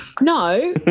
no